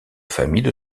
famille